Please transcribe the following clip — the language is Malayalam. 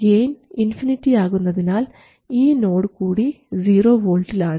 ഗെയിൻ ഇൻഫിനിറ്റി ആകുന്നതിനാൽ ഈ നോഡ് കൂടി സീറോ വോൾട്ടിൽ ആണ്